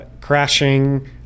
crashing